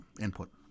input